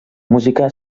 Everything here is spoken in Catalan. música